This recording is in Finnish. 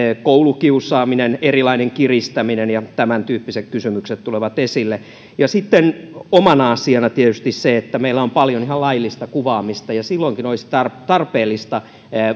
koulukiusaaminen erilaiset kiristämiset ja tämäntyyppiset kysymykset tulevat esille sitten oma asiansa on tietysti se että meillä on paljon ihan laillista kuvaamista ja silloinkin olisi tarpeellista